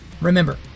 Remember